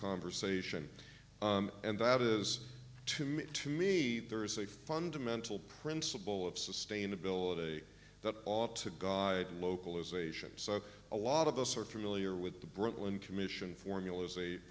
conversation and that is to me to me there is a fundamental principle of sustainability that ought to guide localization so a lot of us are familiar with the brooklyn commission formula